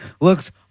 looks